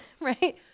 Right